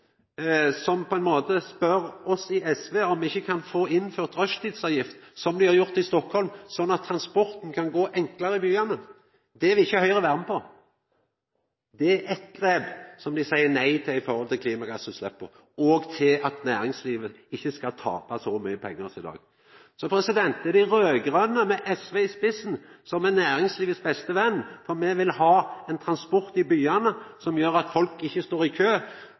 transporten kan gå enklare i byane. Det vil ikkje Høgre vera med på. Det er eitt grep som dei seier nei til trass i omsyna til klimagassutsleppa og til at næringslivet ikkje skal tapa så mykje pengar som i dag. Det er dei raud-grøne, med SV i spissen, som er næringslivets beste venn, for me vil ha ein transport i byane som gjer at folk ikkje står i kø